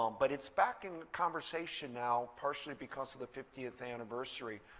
um but it's back in conversation now, partially because of the fiftieth anniversary.